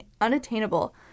unattainable